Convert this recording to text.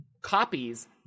copies